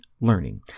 learning